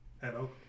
Hello